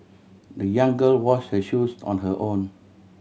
the young girl washed her shoes on her own